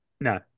No